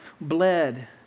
bled